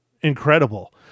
incredible